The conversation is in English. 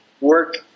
work